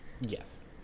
Yes